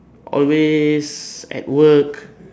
always at work